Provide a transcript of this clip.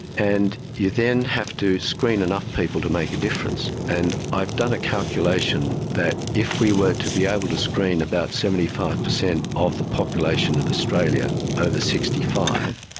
and you then have to screen enough people to make a difference. and i've done a calculation that if we were to be able to screen about seventy five percent of the population of australia over sixty five,